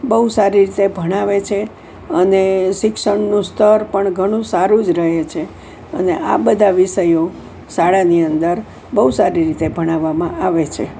બહુ સારી રીતે ભણાવે છે અને શિક્ષણનું સ્તર પણ ઘણું સારું જ રહે છે અને આ બધા વિષયો શાળાની અંદર બહુ સારી રીતે ભણાવવામાં આવે છે